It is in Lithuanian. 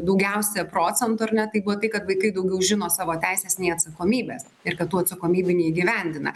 daugiausia procentų ar ne tai buvo tai kad vaikai daugiau žino savo teises nei atsakomybes ir kad tų atsakomybių neįgyvendina